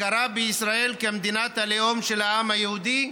הכרה בישראל כמדינת הלאום של העם היהודי,